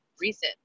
recent